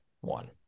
one